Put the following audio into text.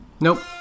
Nope